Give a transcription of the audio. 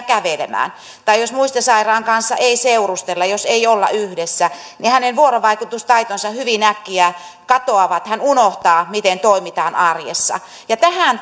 kävelemään tai jos muistisairaan kanssa ei seurustella jos ei olla yhdessä niin hänen vuorovaikutustaitonsa hyvin äkkiä katoavat hän unohtaa miten toimitaan arjessa tähän